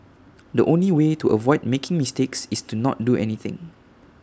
the only way to avoid making mistakes is to not do anything